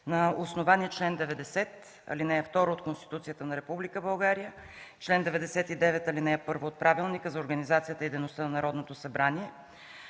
На основание чл. 90, ал. 2 от Конституцията на Република България и чл. 99, ал. 1 от Правилника за организацията и дейността на Народното събрание